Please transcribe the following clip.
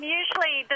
usually